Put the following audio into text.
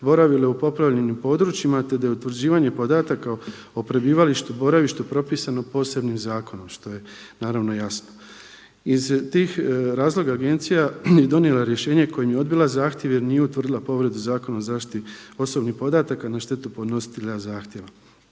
boravile u poplavljenim područjima, te da je utvrđivanje podataka o prebivalištu, boravištu propisano posebnim zakonom, što je naravno jasno. Iz tih razloga agencija je donijela rješenje kojim je odbila zahtjev jer nije utvrdila povredu Zakona o zaštiti osobnih podataka na štetu podnositelja zahtjeva.